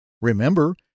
Remember